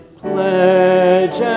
pledge